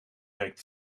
werkt